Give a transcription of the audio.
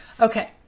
Okay